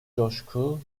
coşku